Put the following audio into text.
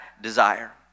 desire